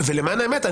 למען האמת,